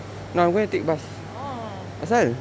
oh